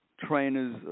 trainers